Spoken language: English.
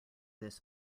this